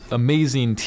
amazing